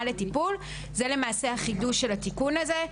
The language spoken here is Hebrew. לטיפול זה למעשה החידוש של התיקון הזה.